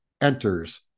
enters